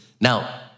Now